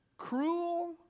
Cruel